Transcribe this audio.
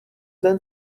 den